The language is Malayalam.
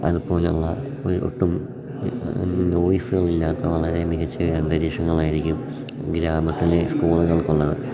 അതുപോലെ ഉള്ള ഒരു ഒട്ടും നോയിസുകളില്ലാത്ത വളരെ മികച്ച ഒരു അന്തരീക്ഷമായിരിക്കും ഗ്രാമത്തിലെ സ്കൂളുകൾക്ക് ഉള്ളത്